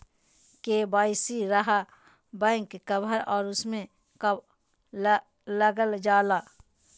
KYC रहा back cover और उसमें का का लागल जाला?